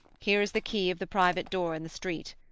here is the key of the private door in the street.